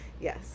yes